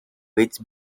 which